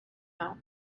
out